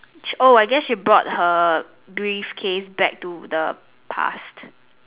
oh I guess you brought her briefcase back to the past